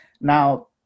Now